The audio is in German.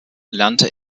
lernte